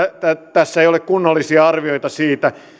tässä ei ole kunnollisia arvioita siitä